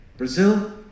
Brazil